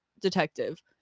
detective